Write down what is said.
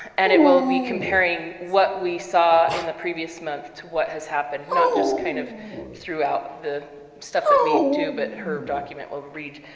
and it will be comparing what we saw in the previous month to what has happened, not just kind of throughout the stuff that we do. but her document will read,